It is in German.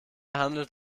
handelt